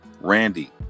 Randy